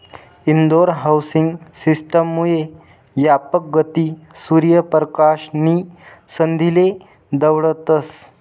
Indore housing system मुये यापक गती, सूर्य परकाश नी संधीले दवडतस